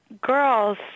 girls